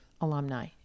alumni